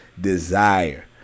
desire